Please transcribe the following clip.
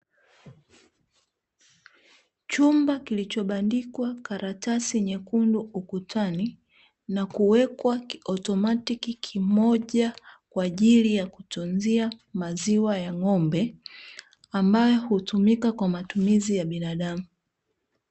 Chumba kilichobandikwa karatasi nyekundu ukutani, na kuwekwa kiautomatik kimoja kwaajili ya kutunzia maziwa ya ng'ombe ambayo hutumika kwa matumizi ya binadamu.